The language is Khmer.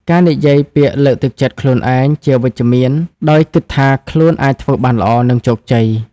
ការនិយាយពាក្យលើកទឹកចិត្តខ្លួនឯងជាវិជ្ជមាន ដោយគិតថាខ្លួនអាចធ្វើបានល្អ និងជោគជ័យ។